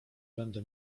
będę